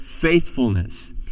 faithfulness